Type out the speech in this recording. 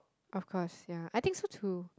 of course ya I think so too